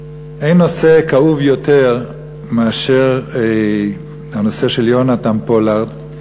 אין נושא כאוב יותר מאשר הנושא של יונתן פולארד,